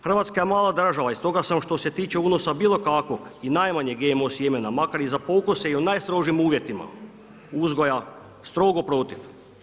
Hrvatska je mala država i stoga sam što se tiče unosa bilo kakvog i najmanjeg GMO sjemena makar i za pokuse i u najstrožim uvjetima uzgoja strogo protiv.